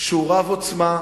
שהוא רב-עוצמה,